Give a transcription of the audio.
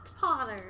Potter